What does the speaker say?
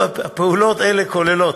פעולות אלה כוללות,